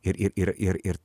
ir ir ir ir ir